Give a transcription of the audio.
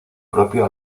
propio